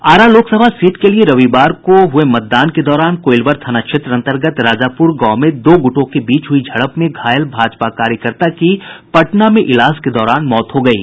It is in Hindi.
आरा लोकसभा सीट के लिए रविवार को हुए मतदान के दौरान कोइलवर थाना क्षेत्र अंतर्गत राजापुर गांव में दो गूटों के बीच हुई झड़प में घायल भाजपा कार्यकर्ता की पटना में इलाज के दौरान मौत हो गयी